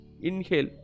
Inhale